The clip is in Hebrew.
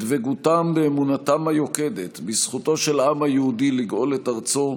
את דבקותם באמונתם היוקדת בזכותו של העם היהודי לגאול את ארצו,